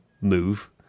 move